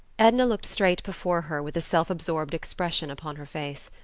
edna looked straight before her with a self-absorbed expression upon her face.